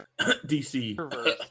DC